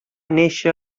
néixer